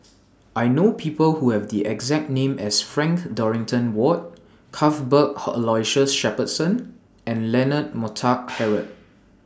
I know People Who Have The exact name as Frank Dorrington Ward Cuthbert Aloysius Shepherdson and Leonard Montague Harrod